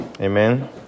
Amen